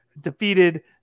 defeated